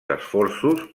esforços